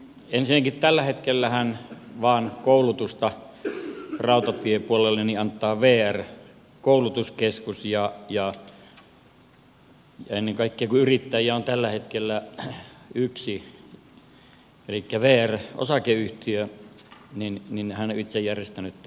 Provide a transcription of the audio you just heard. ensinnäkin tällä hetkellähän koulutusta rautatiepuolella antaa vain vr koulutuskeskus ja ennen kaikkea kun yrittäjiä on tällä hetkellä yksi elikkä vr osakeyhtiö se on itse järjestänyt tämän koulutuksen